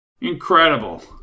Incredible